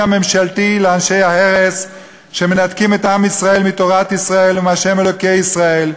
הממשלתי לאנשי ההרס שמנתקים את עם ישראל מתורת ישראל ומה' אלוקי ישראל,